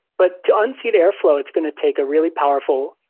but to unseat airflow, it's going to take a really powerful,